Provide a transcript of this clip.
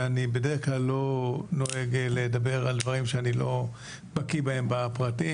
ואני בדרך כלל לא נוהג לדבר על דברים שאני לא בקיא בהם בפרטים,